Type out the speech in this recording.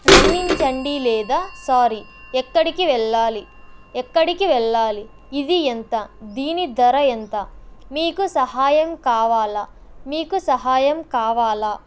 మన్నించండి లేదా సారీ ఎక్కడికి వెళ్ళాలి ఎక్కడికి వెళ్ళాలి ఇది ఎంత దీని ధర ఎంత మీకు సహాయం కావాలా మీకు సహాయం కావాలా